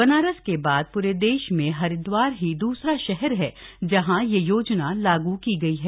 बनारस के बाद प्रे देश मे हरिदवार ही द्सरा शहर है जहां यह योजना लागू की गई है